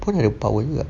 pun ada power juga